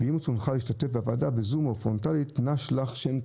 "אם ברצונך להשתתף בישיבת הוועדה בזום או פרונטלית נא שלח שם,